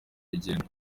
rugendo